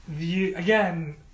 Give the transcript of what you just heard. again